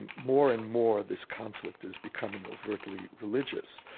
and more and more, this conflict is becoming overtly religious.